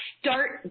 start